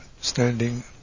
standing